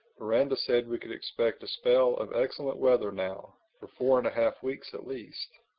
miranda said we could expect a spell of excellent weather now for four and a half weeks at least.